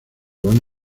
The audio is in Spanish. van